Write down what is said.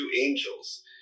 angels